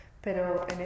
Pero